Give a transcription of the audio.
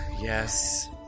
Yes